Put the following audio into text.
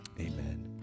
amen